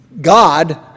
God